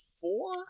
four